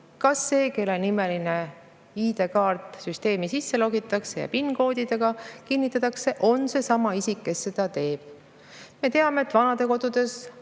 kas see, kelle ID‑kaart süsteemi sisse logitakse ja PIN‑koodidega kinnitatakse, on seesama isik, kes seda teeb. Me teame, et vanadekodudes